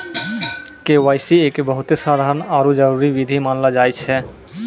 KYC एक बहुते साधारण आरु जरूरी विधि मानलो जाय छै